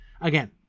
Again